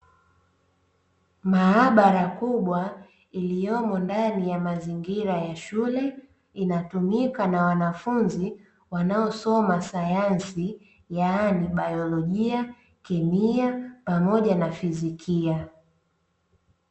Maabara kubwa iliyomo ndani ya mazingira ya shule inatumika na wanafunzi wanaosoma sayansi yaani baolojia, kemia pamoja na fizikia.